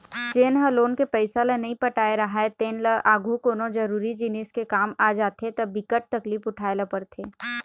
जेन ह लोन के पइसा ल नइ पटाए राहय तेन ल आघु कोनो जरुरी जिनिस के काम आ जाथे त बिकट तकलीफ उठाए ल परथे